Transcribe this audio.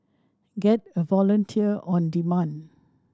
get a volunteer on demand